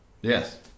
Yes